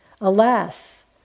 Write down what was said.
Alas